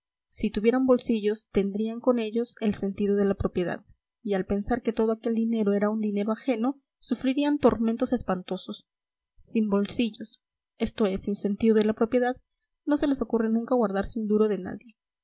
si tuvieran bolsillos tendrían con ellos el sentido de la propiedad y al pensar que todo aquel dinero era un dinero ajeno sufrirían tormentos espantosos sin bolsillos esto es sin sentido de la propiedad no se les ocurre nunca guardarse un duro de nadie